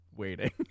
waiting